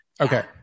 Okay